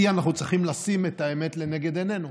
כי אנחנו צריכים לשים את האמת לנגד עינינו,